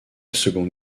seconde